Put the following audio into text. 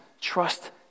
trust